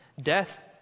Death